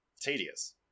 tedious